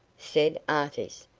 said artis,